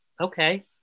Okay